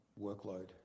workload